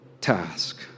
task